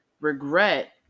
regret